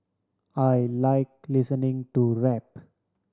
I like listening to rap